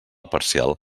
parcial